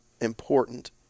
important